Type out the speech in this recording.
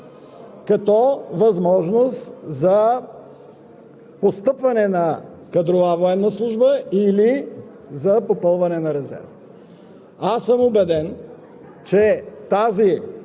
Промените на този закон въвеждат доброволна военна служба, нов начин на служене на страната, като възможност за